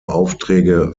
aufträge